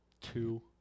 Two